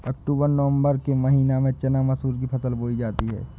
अक्टूबर नवम्बर के महीना में चना मसूर की फसल बोई जाती है?